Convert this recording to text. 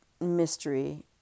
mystery